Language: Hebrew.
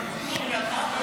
נתקבל.